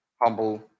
humble